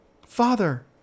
Father